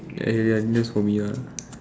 ya ya ya that's for me ah